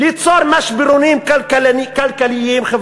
ליצור משברונים כלכליים-חברתיים,